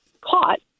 caught